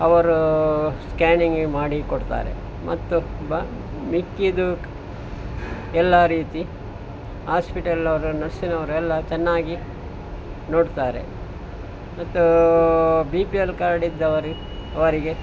ಅವರು ಸ್ಕ್ಯಾನಿಂಗ್ ಮಾಡಿ ಕೊಡ್ತಾರೆ ಮತ್ತು ಬಾ ಮಿಕ್ಕಿದ್ದು ಎಲ್ಲ ರೀತಿ ಆಸ್ಪಿಟಲವರು ನರ್ಸ್ರವರು ಎಲ್ಲ ಚೆನ್ನಾಗಿ ನೋಡ್ತಾರೆ ಮತ್ತು ಬಿ ಪಿ ಎಲ್ ಕಾರ್ಡ್ ಇದ್ದವರು ಅವರಿಗೆ